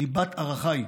ליבת ערכיי?